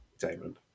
Damon